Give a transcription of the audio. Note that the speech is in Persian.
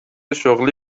شغلی